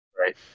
Right